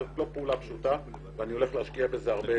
זאת לא פעולה פשוטה ואני הולך להשקיע בזה הרבה